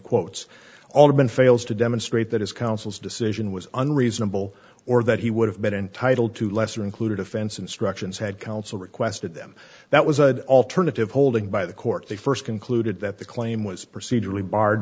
been fails to demonstrate that his council's decision was unreasonable or that he would have been entitled to lesser included offense instructions had counsel requested them that was an alternative holding by the court they first concluded that the claim was procedurally barred